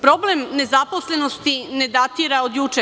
Problem nezaposlenosti ne datira od juče.